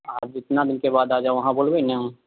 अहाँ कितना दिनके बाद आ जायब अहाँ बोलबै ने